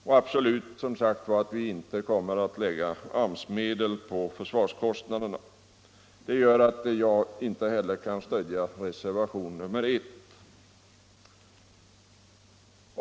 Och vi vill som sagt absolut inte lägga AMS-medel på försvaret. Av dessa skäl kan jag inte heller stödja reservationen 1.